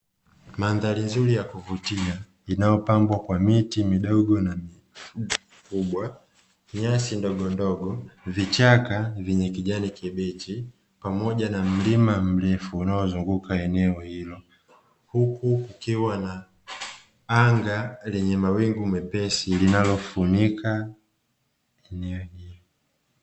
Mandhari nzuri ya kuvutia inayopambwa kwa miti midogo na mikubwa, nyasi ndogondogo, vichaka vyenye kijani kibichi pamoja na mlima mrefu unaozunguka eneo hilo, huku kukiwa na anga lenye mawingu mepesi linalofunika eneo hilo.